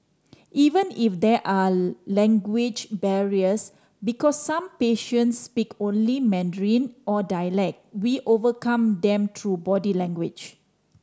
even if there are language barriers because some patients speak only Mandarin or dialect we overcome them through body language